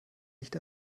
nicht